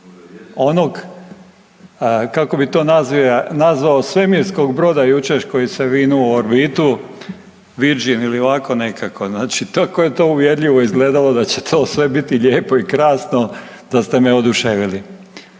onog kako bi to nazvao svemirskog broda jučer koji se vinuo u orbitu, Virgin ili ovako nekako , znači tako je to uvjerljivo izgledalo da će to sve biti lijepo i krasno da ste me oduševili.